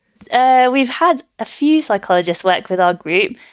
ah we've had a few psychologists work with our group.